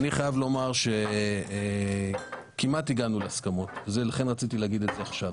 אני חייב לומר שכמעט הגענו להסכמות ולכן רציתי לומר את זה עכשיו.